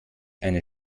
eine